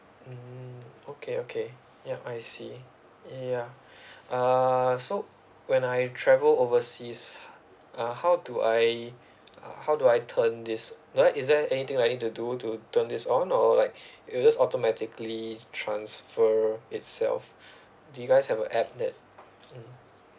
mm okay okay yup I see ya uh so when I travel overseas uh how do I uh how do I turn this do I is there anything like I need to do to turn this on or like it will just automatically transfer itself do you guys have a app that mm